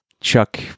Chuck